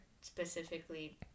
specifically